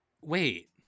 Wait